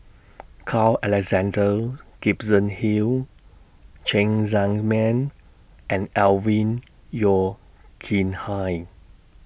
Carl Alexander Gibson Hill Cheng Tsang Man and Alvin Yeo Khirn Hai